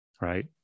Right